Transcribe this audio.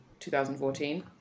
2014